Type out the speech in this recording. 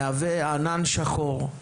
מהווה ענן שחור,